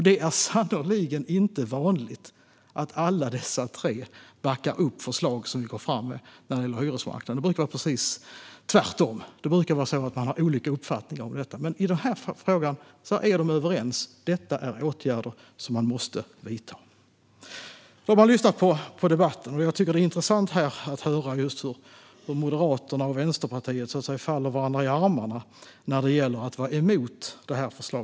Det är sannerligen inte vanligt att alla dessa tre backar upp förslag som vi går fram med när det gäller hyresmarknaden. Det brukar vara precis tvärtom. Det brukar vara så att man har olika uppfattning om detta. Men i den här frågan är de överens. Detta är åtgärder som man måste vidta. Jag har lyssnat på debatten. Det är intressant att se hur Moderaterna och Vänsterpartiet faller varandra i armarna när det gäller att vara emot förslaget.